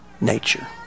nature